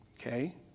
okay